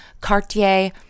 Cartier